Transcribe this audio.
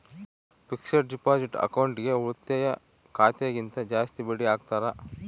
fixed deposit ಅಕೌಂಟ್ಗೆ ಉಳಿತಾಯ ಖಾತೆ ಗಿಂತ ಜಾಸ್ತಿ ಬಡ್ಡಿ ಹಾಕ್ತಾರ